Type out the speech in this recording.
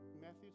Matthew